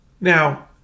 Now